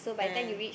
and